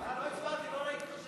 לא הצבעתי, לא ראיתי שיש.